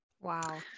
Wow